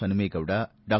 ಪನುಮೇಗೌಡ ಡಾ